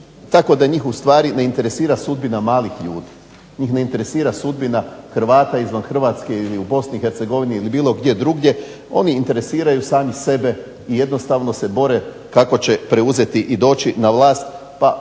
tako da njih ustvari ne interesira sudbina malih ljudi. Njih ne interesira sudbina Hrvata izvan Hrvatske ili u BiH ili bilo gdje drugdje, oni interesiraju sami sebe i jednostavno se bore kako će preuzeti i doći na vlast, pa ja bih